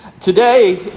Today